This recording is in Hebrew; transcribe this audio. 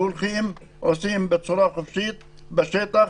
הולכים ועושים בצורה חופשית בשטח,